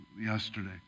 yesterday